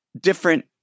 different